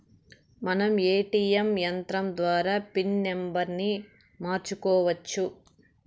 మనం ఏ.టీ.యం యంత్రం ద్వారా పిన్ నంబర్ని మార్చుకోవచ్చు